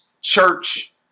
church